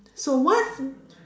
so what